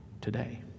today